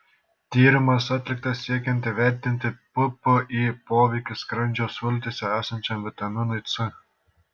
tyrimas atliktas siekiant įvertinti ppi poveikį skrandžio sultyse esančiam vitaminui c